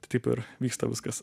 tai taip ir vyksta viskas